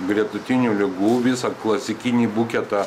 gretutinių ligų visą klasikinį buketą